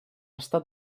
estat